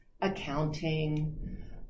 accounting